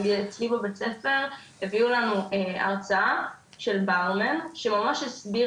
נגיד אצלי בבית ספר הביאו לנו הרצאה של ברמן שממש הסביר